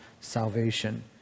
salvation